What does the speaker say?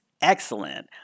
excellent